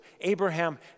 Abraham